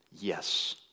yes